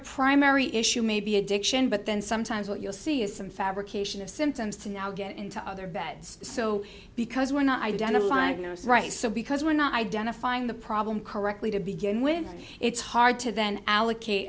primary issue may be addiction but then sometimes what you'll see is some fabrication of symptoms to now get into other beds so because we're not identifying those right so because we're not identifying the problem correctly to begin with it's hard to then allocate